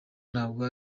ntabwo